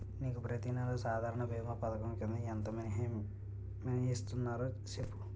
నీకు ప్రతి నెల సాధారణ భీమా పధకం కింద ఎంత మినహాయిస్తన్నారో సెప్పు